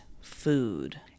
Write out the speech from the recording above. food